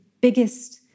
biggest